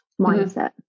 mindset